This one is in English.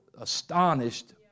astonished